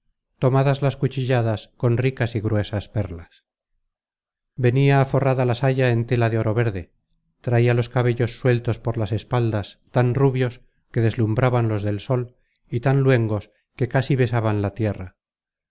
tomadas las cuchilladas con ricas y gruesas perlas venia aforrada la saya en tela de oro verde traia los cabellos sueltos por las espaldas tan rubios que deslumbraban los del sol y tan luengos que casi besaban la tierra